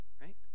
Right